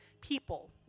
people